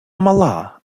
мала